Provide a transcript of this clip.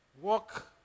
walk